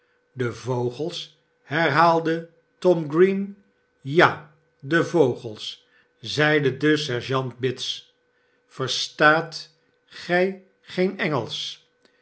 de vogels herhaalde tom green ja de vogels zeide de sergeant bits verstaat gij geen engelsch